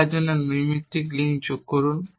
দেখার জন্য নৈমিত্তিক লিঙ্ক যুক্ত করুন